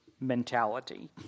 mentality